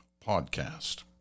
podcast